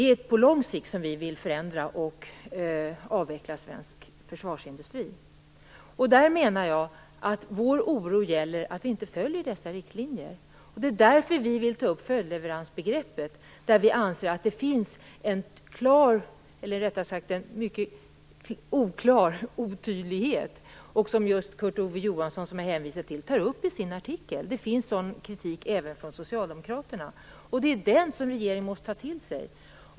Vi i Vänsterpartiet vill förändra och avveckla svensk försvarsindustri på lång sikt. Vi är oroliga för att dessa riktlinjer inte följs. Det är därför som vi vill ta upp följdleveransbegreppet. Där finns det en mycket klar otydlighet, vilket Kurt Ove Johansson - som jag hänvisade till - tog upp i sin artikel. Det framförs sådan kritik även från socialdemokrater. Det är denna kritik som regeringen måste ta till sig.